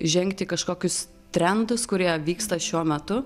žengt į kažkokius trendus kurie vyksta šiuo metu